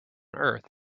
earth